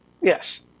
Yes